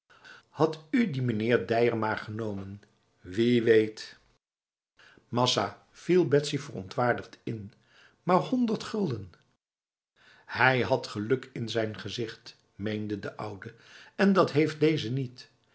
had u die meneer deier maar genomen wie weetf masa viel betsy verontwaardigd in maar honderd guldenf hij had geluk in zijn gezicht meende de oude en dat heeft deze niet